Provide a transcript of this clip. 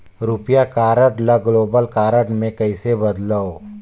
रुपिया कारड ल global card मे कइसे बदलव?